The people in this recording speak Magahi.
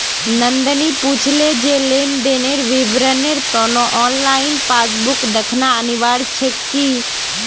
नंदनी पूछले जे लेन देनेर विवरनेर त न ऑनलाइन पासबुक दखना अनिवार्य छेक की